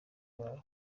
wawe